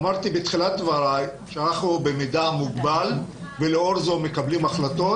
אמרתי בתחילת דבריי שאנחנו במידע מוגבל ולאור זאת מקבלים החלטות